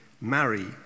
marry